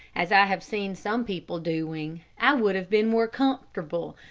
as i have seen some people doing, i would have been more comfortable,